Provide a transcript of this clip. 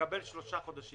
מקבל שלושה חודשים.